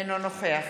אינו נוכח